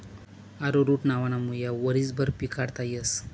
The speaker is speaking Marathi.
अरोरुट नावना मुया वरीसभर पिकाडता येस